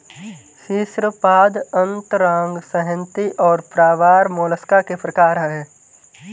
शीर्शपाद अंतरांग संहति और प्रावार मोलस्का के प्रकार है